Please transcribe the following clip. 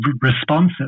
responsive